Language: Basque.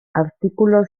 artikulu